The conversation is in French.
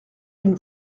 d’une